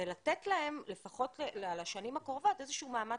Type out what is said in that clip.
ולתת להם לפחות לשנים הקרובות איזשהו מעמד